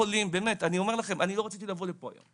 באמת אני אומר לכם אני לא רציתי לבוא לפה היום.